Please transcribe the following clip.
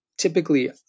Typically